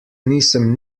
nisem